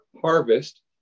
harvest